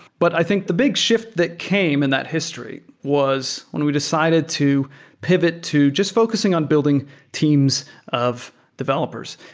but i think the big shift that came in that history was when we decided to pivot to just focusing on building teams of developers.